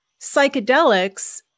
psychedelics